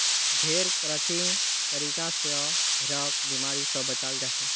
भेड़ क्रचिंग तरीका स भेड़क बिमारी स बचाल जाछेक